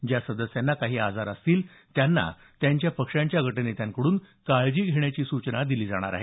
ज्या सदस्यांना काही आजार असतील त्यांना त्यांच्या पक्षांच्या गट नेत्यांकडून काळजी घेण्याची सूचना दिली जाणार आहे